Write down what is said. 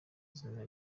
izina